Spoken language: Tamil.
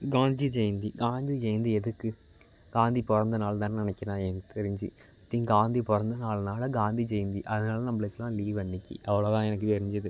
காஞ்ஜி ஜெயந்தி காந்தி ஜெயந்தி எதுக்கு காந்தி பிறந்த நாள் தான்னு நினைக்கிறேன் எனக்கு தெரிஞ்சு காந்தி பிறந்த நாள்னால காந்தி ஜெயந்தி அதனால நம்மளுக்குலாம் லீவ் அன்னைக்கு அவ்வளோ தான் எனக்கு தெரிஞ்சது